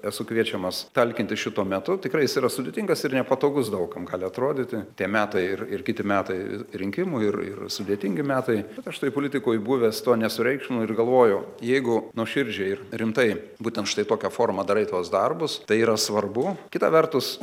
esu kviečiamas talkinti šituo metu tikrai jis yra sudėtingas ir nepatogus daug kam gali atrodyti tie metai ir ir kiti metai i rinkimų ir ir sudėtingi metai bet aš toj politikoj buvęs to nesureikšminu ir galvoju jeigu nuoširdžiai ir rimtai būtent štai tokia forma darai tuos darbus tai yra svarbu kita vertus